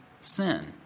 sin